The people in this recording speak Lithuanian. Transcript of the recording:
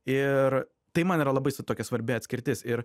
ir tai man yra labai su tokia svarbi atskirtis ir